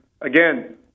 Again